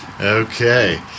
Okay